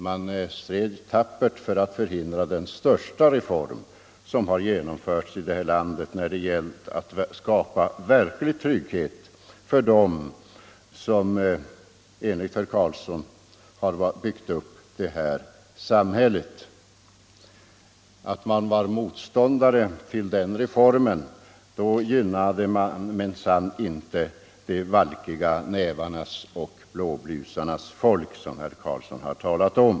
Man stred tappert för att för hindra den största reform som har genomförts i vårt land när det gällt - Nr 134 att skapa verklig trygghet för dem som enligt herr Carlsson i Vikmans Onsdagen den hyttan har byggt upp det här samhället. När man var motståndare till 4 december 1974 den reformen gynnade man minsann inte de valkiga nävarnas och blåblusarnas folk, som herr Carlsson har talat om.